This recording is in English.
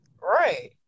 Right